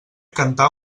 cantar